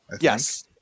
Yes